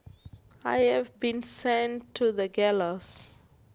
I have been sent to the gallows